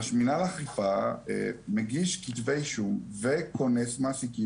מנהל האכיפה מגיש כתבי אישום וקונס מעסיקים